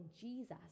Jesus